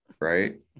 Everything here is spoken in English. right